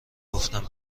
گفتم